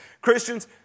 Christians